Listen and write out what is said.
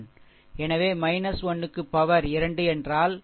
எனவே 1 க்கு power 2 என்றால் அது சரி